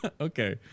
okay